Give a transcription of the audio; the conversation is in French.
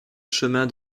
chemin